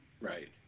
Right